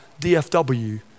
DFW